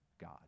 God